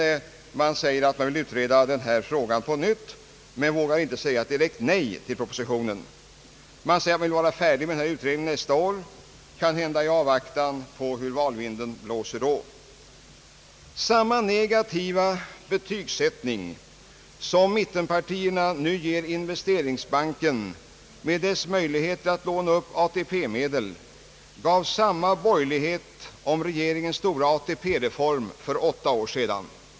I motionen sägs att man på nytt vill utreda denna fråga. Man vågar dock inte säga direkt nej till propositionen. Man säger att man vill vara färdig med utredningen till nästa år — kanhända i avvaktan på hur valvinden blåser då. Samma negativa betygsättning som mittenpartierna nu ger investeringsbanken med dess möjligheter att låna upp ATP-medel gav samma borgerlighet regeringens stora ATP-reform för åtta år sedan.